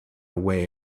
away